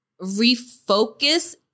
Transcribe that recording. refocus